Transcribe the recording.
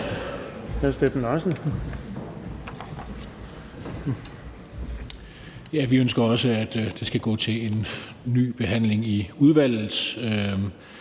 Vi ønsker også, at det skal gå til en ny behandling i udvalget.